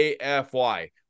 AFY